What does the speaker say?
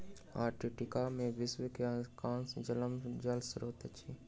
Antarctica में विश्व के अधिकांश जमल जल स्त्रोत अछि